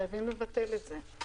חייבים לבטל את זה.